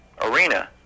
arena